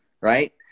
right